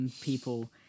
people